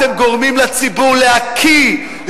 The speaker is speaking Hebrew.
אתם גורמים לציבור להקיא,